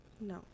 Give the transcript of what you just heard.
No